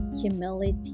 humility